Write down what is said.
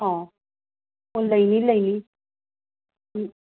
ꯑ ꯑꯣ ꯂꯩꯅꯤ ꯂꯩꯅꯤ